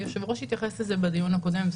היושב-ראש התייחס לזה בדיון הקודם.